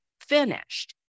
finished